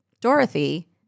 Dorothy